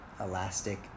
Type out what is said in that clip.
elastic